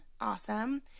awesome